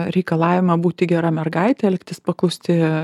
reikalavimą būti gera mergaite elgtis paklusti